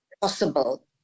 possible